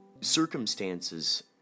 circumstances